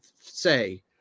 say